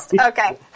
Okay